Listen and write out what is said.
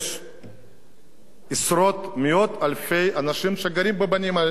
מאות אלפי אנשים שגרים בבתים האלה.